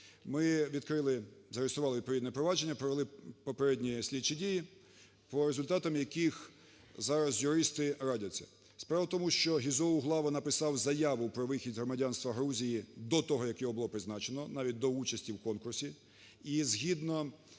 Ми відкрили, зареєстрували відповідне провадження, провели попередні слідчі дії, по результатам яких зараз юристи радяться. Справа в тому, що Гізо Углава написав заяву про вихід з громадянства Грузії до того, як його було призначено, навіть до участі в конкурсі. І згідно